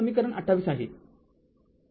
हे समीकरण ५८ आहे